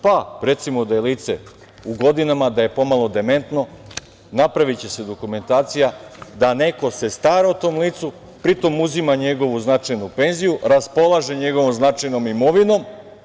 Pa, recimo da je lice u godinama, da je pomalo dementno, napraviće se dokumentacija da neko se stara o tom licu, pri tome uzima njegovu značajnu penziju, raspolaže njegovom značajnom imovinom.